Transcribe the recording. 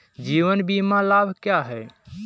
जीवन बीमा लाभ क्या हैं?